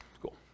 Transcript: cool